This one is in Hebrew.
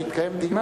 שיתקיים דיון,